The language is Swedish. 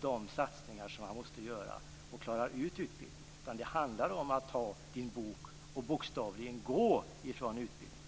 de satsningar man måste göra, att man inte klarar ut utbildningen. Det handlar om att ta sin bok och bokstavligen gå från utbildningen.